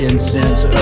incense